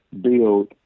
build